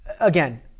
again